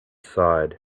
side